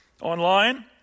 online